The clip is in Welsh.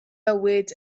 mywyd